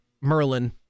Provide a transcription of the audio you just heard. Merlin